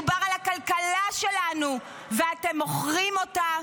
מדובר על הכלכלה שלנו, ואתם אתם מוכרים אותה